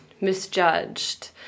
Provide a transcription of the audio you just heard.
misjudged